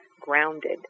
grounded